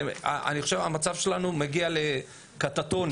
אני חושב שהמצב שלנו מגיע למצב קטטוני,